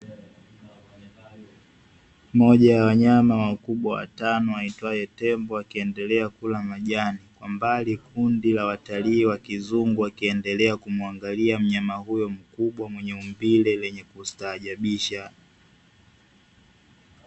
Moja ya wanyama wakubwa watano aitwaye tembo, wakiendelea kula majani, kwa mbali kundi la watalii wa kizungu wakiendelea kumuangalia mnyama huyo mkubwa mwenye umbile la kustaajabisha.